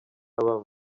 bamwe